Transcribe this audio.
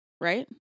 right